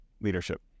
leadership